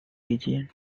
region